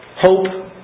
Hope